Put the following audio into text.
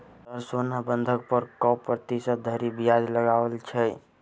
Sir सोना बंधक पर कऽ प्रतिशत धरि ब्याज लगाओल छैय?